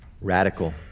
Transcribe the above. Radical